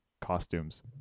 costumes